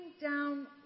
down